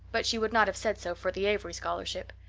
but she would not have said so for the avery scholarship.